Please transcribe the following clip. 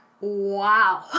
wow